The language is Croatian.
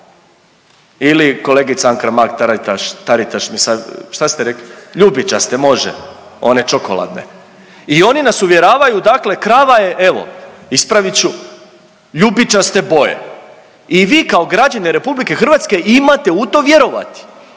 ili kolegica Anka Mrak Taritaš mi sad šta ste rekli ljubičaste može one čokoladne i oni nas uvjeravaju dakle krava je evo ispravit ću ljubičaste boje i vi kao građani RH imate u to vjerovati.